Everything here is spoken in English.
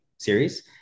series